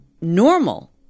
normal